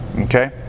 Okay